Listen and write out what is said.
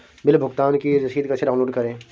Bill भुगतान की रसीद कैसे डाउनलोड करें?